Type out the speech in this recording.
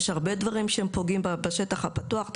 יש הרבה דברים שהם פוגעים בשטח הפתוח,